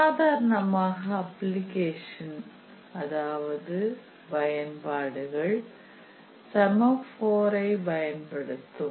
சாதாரண அப்ளிகேஷன் அதாவது பயன்பாடுகள் செமபோரை பயன்படுத்தும்